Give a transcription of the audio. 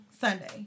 Sunday